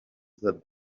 that